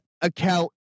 account